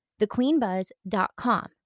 thequeenbuzz.com